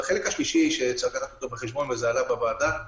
החלק השלישי שצריך לקחת בחשבון, וזה עלה בוועדה,